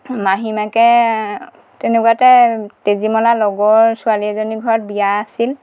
মাহীমাকে তেনেকুৱাতে তেজীমলাৰ লগৰ ছোৱালী এজনীৰ ঘৰত বিয়া আছিল